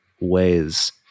ways